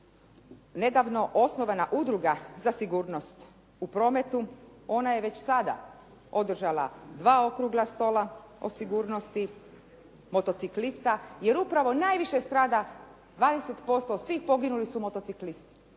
nedavno osnovana Udruga za sigurnost u prometu. Ona je već sada održala dva okrugla stola o sigurnosti motociklista jer upravo najviše strada 20% svih poginulih su motociklisti.